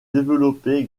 développé